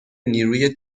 نیروی